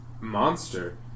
monster